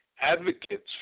advocates